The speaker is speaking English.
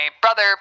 brother